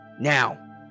Now